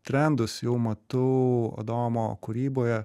trendus jau matau adomo kūryboje